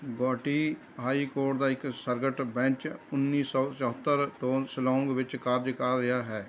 Guwahati high court ਦਾ ਇੱਕ circuit bench ਉੱਨੀ ਸੌ ਚੁਹੱਤਰ ਤੋਂ ਸ਼ਿਲੌਂਗ ਵਿੱਚ ਕਾਰਜ ਕਰ ਰਿਹਾ ਹੈ